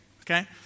okay